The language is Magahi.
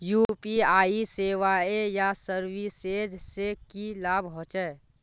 यु.पी.आई सेवाएँ या सर्विसेज से की लाभ होचे?